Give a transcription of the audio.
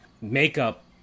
makeup